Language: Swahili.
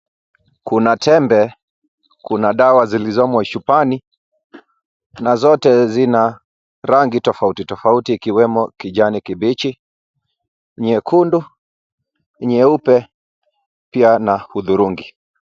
Kuna tembe, kuna dawa zilizomo chupani na zote zina rangi tofauti tofauti ikiwemo kijani kibichi, nyekundu, nyeupe pia na hudhurungi.